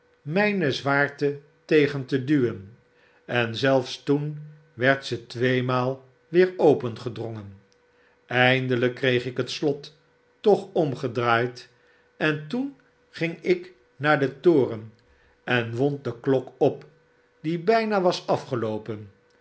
mijne zwaarte tegen te duwen en zelfs toen werd ze tweemaal weer opengedrongen eindelijk kreeg ik het slot toch omgedraaid en toen ging ik naar den toren en wond de klok op die bijna was afgeloopen